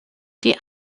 die